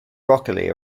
broccoli